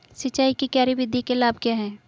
सिंचाई की क्यारी विधि के लाभ क्या हैं?